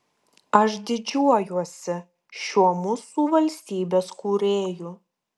aš didžiuojuosi šiuo mūsų valstybės kūrėju